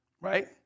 right